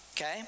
Okay